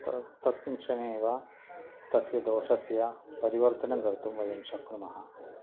तत् तस्मिन् क्षणे एव तस्य दोषस्य परिवर्तनं कर्तुं वयं शक्नुमः